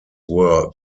were